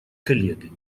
коллегами